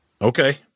okay